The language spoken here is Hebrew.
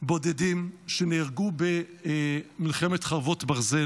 בודדים שנהרגו מלחמת חרבות ברזל.